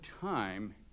time